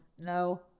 No